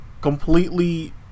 completely